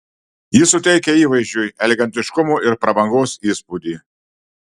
ji suteikia įvaizdžiui elegantiškumo ir prabangos įspūdį